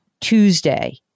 Tuesday